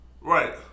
Right